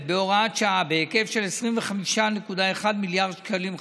בהוראת שעה בהיקף של כ-25.1 מיליארד שקלים חדשים,